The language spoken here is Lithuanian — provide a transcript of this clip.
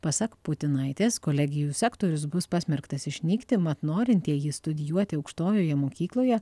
pasak putinaitės kolegijų sektorius bus pasmerktas išnykti mat norintieji studijuoti aukštojoje mokykloje